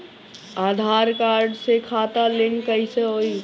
आधार card से खाता link कईसे होई?